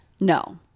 No